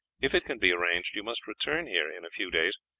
if it can be arranged, you must return here in a few days,